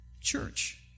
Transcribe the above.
church